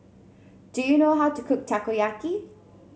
do you know how to cook Takoyaki